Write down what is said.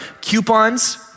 coupons